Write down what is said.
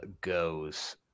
goes